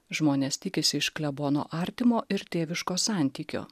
žmonės tikisi iš klebono artimo ir tėviško santykio